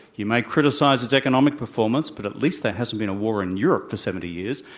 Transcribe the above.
you may criticize its economic performance, but at least there hasn't been a war in europe for seventy years.